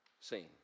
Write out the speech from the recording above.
seen